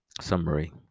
Summary